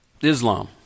Islam